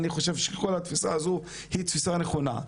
אני חושב שכל התפיסה הזו היא תפיסה נכונה.